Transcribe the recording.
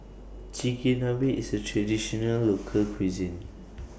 Chigenabe IS A Traditional Local Cuisine